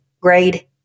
grade